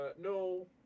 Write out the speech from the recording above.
no